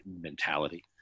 mentality